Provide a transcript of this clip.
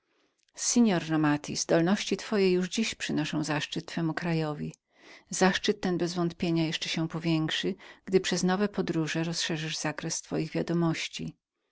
panie romati zdolności twoje przynoszą zaszczyt twemu krajowi zaszczyt ten bezwątpienia jeszcze się powiększy gdy przez nowe podróże rozszerzysz zakres twoich wiadomości